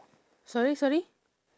sorry sorry